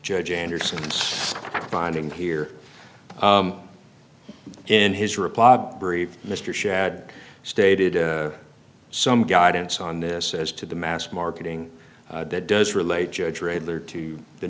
judge anderson's finding here in his reply brief mr shad stated some guidance on this as to the mass marketing that does relate judge regular to the